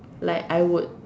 like I would